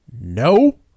no